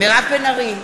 מירב בן ארי,